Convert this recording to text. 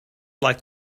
like